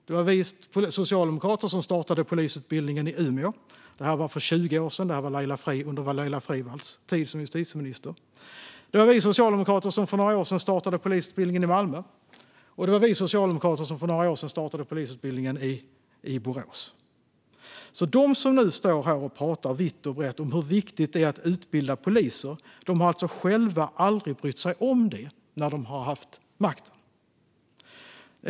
Det var vi socialdemokrater som startade polisutbildningen i Umeå. Det här var för 20 år sedan, under Laila Freivalds tid som justitieminister. Det var vi socialdemokrater som för några år sedan startade polisutbildningen i Malmö, och det var vi socialdemokrater som för några år sedan startade polisutbildningen i Borås. De som nu står här och pratar vitt och brett om hur viktigt det är att utbilda poliser har alltså själva aldrig brytt sig om det när de har haft makten.